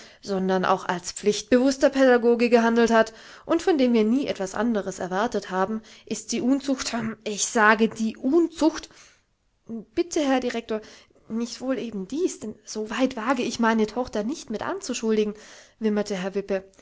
sondern auch als pflichtbewußter pädagoge gehandelt hat und von dem wir nie etwas anderes erwartet haben ist die unzucht rhm ich sage die unzucht bitte herr direktor nicht wol eben dies denn so weit wage ich meine tochter nicht mit anzuschuldigen wimmerte herr wippe